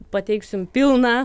pateiksim pilną